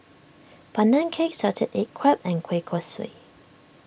Pandan Cake Salted Egg Crab and Kueh Kosui